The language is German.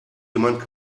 jemand